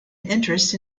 interest